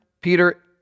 peter